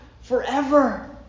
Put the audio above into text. forever